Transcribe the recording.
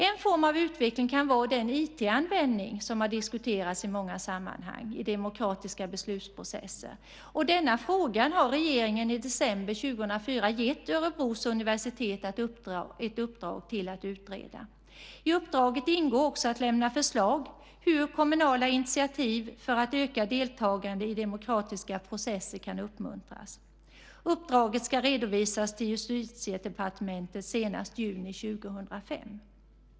En form av utveckling kan vara den IT-användning som har diskuterats i många sammanhang i demokratiska beslutsprocesser. Denna fråga har regeringen i december 2004 gett Örebro universitet i uppdrag att utreda. I uppdraget ingår också att lämna förslag på hur kommunala initiativ för att öka deltagande i demokratiska processer kan uppmuntras. Uppdraget ska redovisas till Justitiedepartementet senast juni 2005.